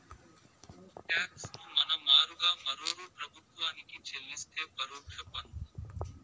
talks ను మన మారుగా మరోరూ ప్రభుత్వానికి చెల్లిస్తే పరోక్ష పన్ను